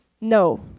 No